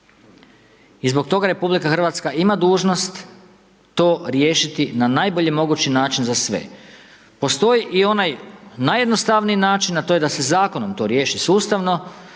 i zbog toga RH ima dužnost to riješiti na najbolji mogući način za sve. Postoji i onaj najjednostavniji način, a to je da se Zakonom to riješi sustavno,